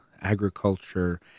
agriculture